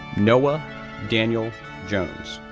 noah daniel jones,